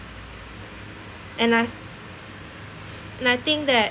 and I and I think that